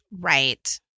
Right